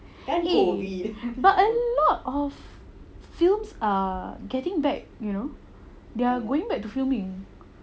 eh but a lot of films are getting back you know they're going back to filming